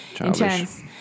Intense